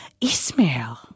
Ismail